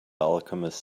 alchemist